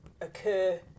occur